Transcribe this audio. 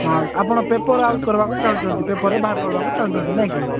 ହଁ ଆପଣ paper out କରିବାକୁ ଚାହୁଁଛନ୍ତି ପେପରରେ ବାହାର କରିବାକୁ ଚାହୁଁଛନ୍ତି ନାଇଁ କି